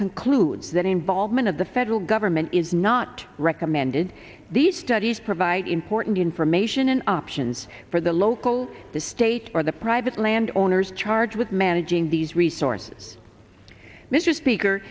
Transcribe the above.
concludes that involvement of the federal government is not recommended these studies provide important information and options for the local the state or the private landowners charged with managing these resources mr speaker